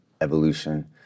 evolution